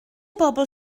bobl